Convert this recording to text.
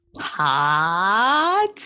hot